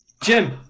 Jim